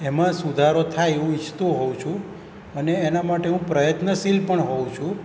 એમાં સુધારો થાય એવું ઈચ્છતો હોઉં છું અને એના માટે હું પ્રયત્નશીલ પણ હોઉં છું